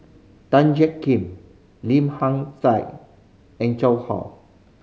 Tan Jiak Kim Lim Hak Tai and Zhang Ho